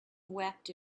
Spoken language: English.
wept